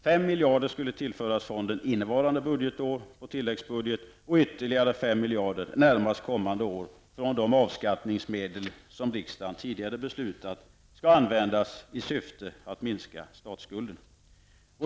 5 miljarder kronor skulle tillföras fonden innevarande budgetår på tilläggsbudget och ytterligare 5 miljarder kronor närmast kommande år från de avskattningsmedel som riksdagen tidigare beslutat skall användas i syfte att minska statsskulden.